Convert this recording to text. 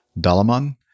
Dalaman